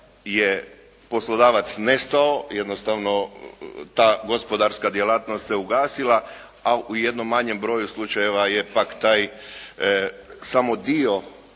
je poslodavac nestao, jednostavno ta gospodarska djelatnost se ugasila, a u jednom manjem broju slučajeva je pak taj samo dio